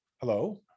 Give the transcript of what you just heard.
Hello